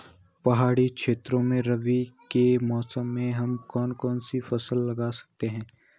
पहाड़ी क्षेत्रों में रबी के मौसम में हम कौन कौन सी फसल लगा सकते हैं?